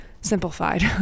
simplified